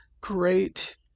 great